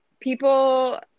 people